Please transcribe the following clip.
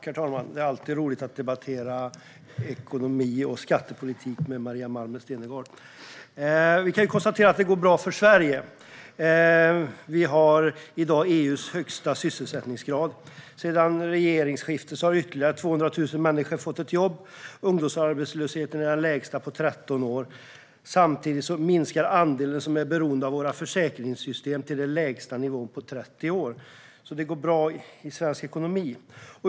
Herr talman! Det är alltid roligt att debattera ekonomi och skattepolitik med Maria Malmer Stenergard. Vi kan konstatera att det går bra för Sverige. Vi har i dag EU:s högsta sysselsättningsgrad. Sedan regeringsskiftet har ytterligare 200 000 människor fått ett jobb. Ungdomsarbetslösheten är den lägsta på 13 år. Samtidigt minskar andelen som är beroende av våra försäkringssystem till den lägsta nivån på 30 år. Det går alltså bra i svensk ekonomi.